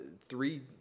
three